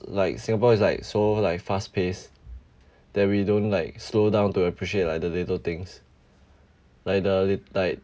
like Singapore is like so like fast pace that we don't like slow down to appreciate like the little things like the lit~ like